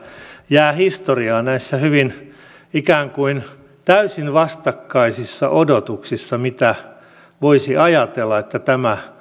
jää historiaan näissä ikään kuin täysin vastakkaisissa odotuksissa kuin voisi ajatella että tämä